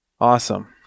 Awesome